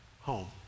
home